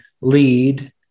lead